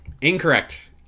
Incorrect